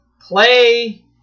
play